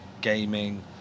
gaming